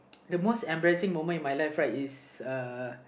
the most embarrassing moment in my life right is uh